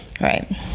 Right